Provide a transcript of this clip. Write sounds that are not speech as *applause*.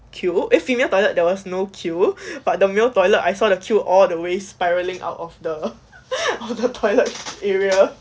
queue eh female toilet there was no queue but the male toilet I saw the queue all the way spiralling out of the *laughs* of the toilet area